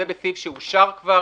זה בסעיף שאושר כבר,